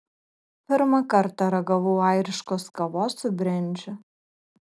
pirmą kartą ragavau airiškos kavos su brendžiu